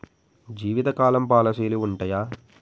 జీవితకాలం పాలసీలు ఉంటయా?